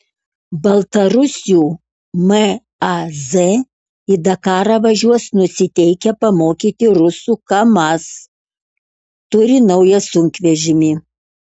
baltarusių maz į dakarą važiuos nusiteikę pamokyti rusų kamaz turi naują sunkvežimį